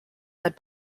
led